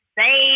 say